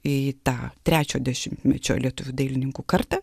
į tą trečio dešimtmečio lietuvių dailininkų kartą